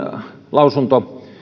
lausunto